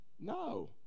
No